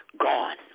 gone